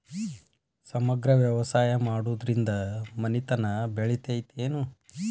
ಸಮಗ್ರ ವ್ಯವಸಾಯ ಮಾಡುದ್ರಿಂದ ಮನಿತನ ಬೇಳಿತೈತೇನು?